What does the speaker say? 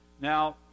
Now